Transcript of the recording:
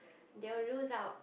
they will lose out